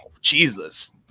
Jesus